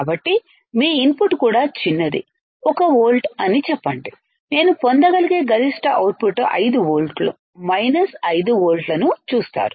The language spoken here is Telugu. కాబట్టి మీ ఇన్పుట్ కూడా చిన్నది 1 వోల్ట్ అని చెప్పండి నేను పొందగలిగే గరిష్ట అవుట్పుట్ 5 వోల్ట్లు మైనస్ 5 వోల్ట్లను చూస్తారు